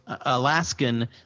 Alaskan